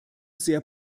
sehr